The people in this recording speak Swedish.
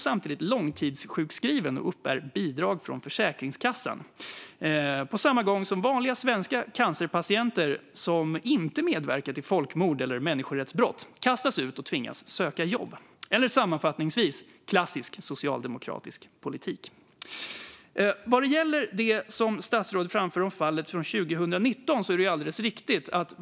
Samtidigt är han långtidssjukskriven och uppbär bidrag från Försäkringskassan, på samma gång som vanliga svenska cancerpatienter som inte medverkat i folkmord eller människorättsbrott kastas ut och tvingas söka jobb. Sammanfattningsvis: klassisk socialdemokratisk politik. Det som statsrådet anför om fallet från 2019 är alldeles riktigt.